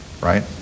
right